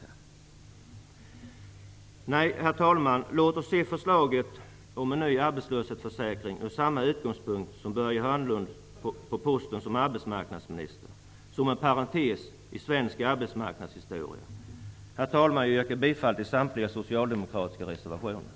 Nej, herr talman, låt oss se förslaget om en ny arbetslöshetsförsäkring från samma utgångspunkt som vi ser Börje Hörnlund som arbetsmarknadsminister: en parentes i svensk arbetsmarknadshistoria. Herr talman! Jag yrkar bifall till samtliga socialdemokratiska reservationer.